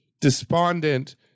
despondent